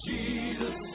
Jesus